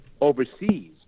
overseas